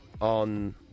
on